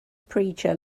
preacher